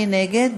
מי נגד?